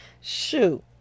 shoot